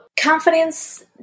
confidence